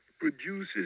produces